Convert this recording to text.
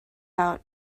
out